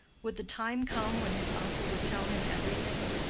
would the time come when his uncle would tell him everything?